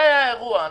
זה היה אירוע.